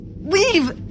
leave